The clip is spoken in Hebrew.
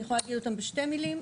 אני יכולה להגיד את זה בשתי מילים,